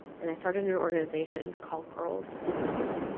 and i started an organization called, girls who code.